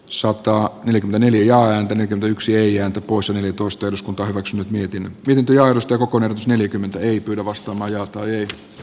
sotaa yli neljä ääntä yksi eija poissa neljätoista eduskunta hyväksynyt mietin miten työ josta koko neljäkymmentä ei pyydä vastamajaa toiveita